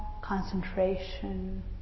concentration